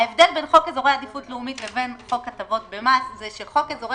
ההבדל בין חוק אזורי עדיפות לאומית לבין חוק הטבות במס הוא שחוק אזורי